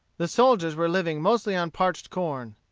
the soldiers were living mostly on parched corn.